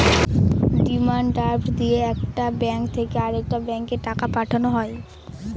demand draft দিয়ে একটা bank থেকে আরেকটা ব্যাঙ্কে টাকা পাঠানো হয়